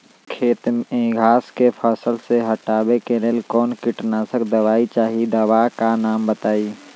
खेत में घास के फसल से हटावे के लेल कौन किटनाशक दवाई चाहि दवा का नाम बताआई?